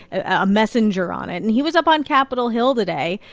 a messenger on it. and he was up on capitol hill today,